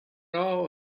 all